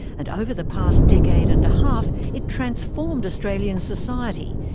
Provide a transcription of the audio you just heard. and over the past decade and a half it transformed australian society,